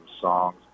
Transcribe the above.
songs